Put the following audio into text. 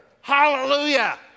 Hallelujah